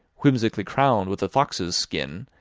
whimsically crowned with a fox's skin,